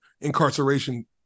incarceration